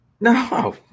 No